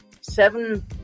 seven